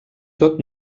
tot